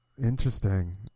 Interesting